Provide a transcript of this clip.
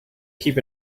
keep